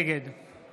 נגד